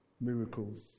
miracles